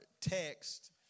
text